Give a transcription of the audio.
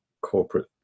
corporate